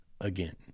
Again